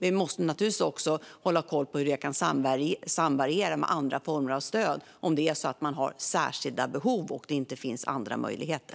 Vi måste naturligtvis också hålla koll på hur det kan samvariera med andra former av stöd om det är så att man har särskilda behov och det inte finns andra möjligheter.